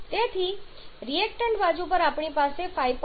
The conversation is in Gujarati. તેથી રિએક્ટન્ટ બાજુ પર આપણી પાસે 5